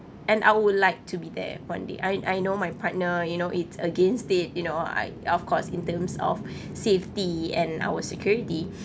and I would like to be there one day I I know my partner you know it's against it you know I of course in terms of safety and our security